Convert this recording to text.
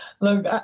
Look